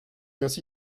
ainsi